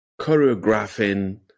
choreographing